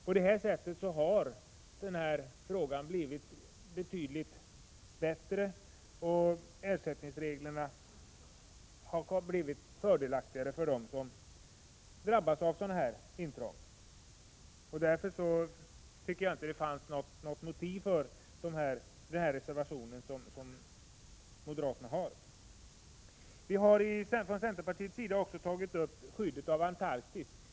På det sättet har den här situationen blivit betydligt bättre, och ersättningsreglerna har blivit fördelaktigare för dem som drabbas av intrång. Därför tycker jag att det inte fanns något motiv för den reservationen från moderaterna. Från centerpartiets sida har vi också tagit upp skyddet av Antarktis.